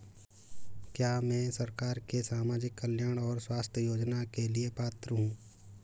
क्या मैं सरकार के सामाजिक कल्याण और स्वास्थ्य योजना के लिए पात्र हूं?